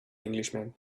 englishman